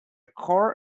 choir